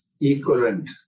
equivalent